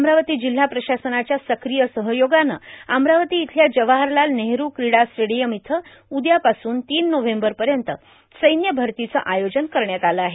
अमरावती जिल्हा प्रशासनाच्या सक्रिय सहयोगानं अमरावती इथल्या जवाहरलाल नेहरू क्रीडा स्टेडियम इथं उद्यापासून तीन नोव्हेंबरपर्यंत सैन्य भरतीचं आयोजन करण्यात आलं आहे